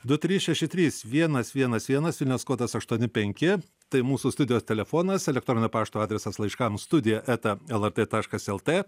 du trys šeši trys vienas vienas vienas vilniaus kodas aštuoni penki tai mūsų studijos telefonas elektroninio pašto adresas laiškams studija eta lrt taškas lt